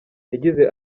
yagize